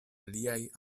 liaj